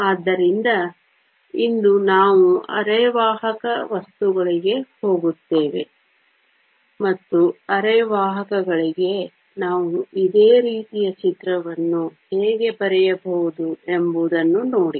ಆದ್ದರಿಂದ ಇಂದು ನಾವು ಅರೆವಾಹಕ ವಸ್ತುಗಳಿಗೆ ಹೋಗುತ್ತೇವೆ ಮತ್ತು ಅರೆವಾಹಕಗಳಿಗೆ ನಾವು ಇದೇ ರೀತಿಯ ಚಿತ್ರವನ್ನು ಹೇಗೆ ಬರೆಯಬಹುದು ಎಂಬುದನ್ನು ನೋಡಿ